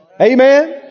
Amen